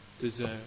deserve